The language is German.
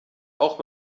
auch